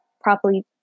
properly